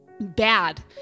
bad